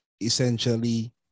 essentially